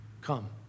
Come